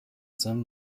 some